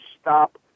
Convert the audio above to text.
stop